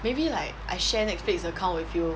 maybe like I share netflix account with you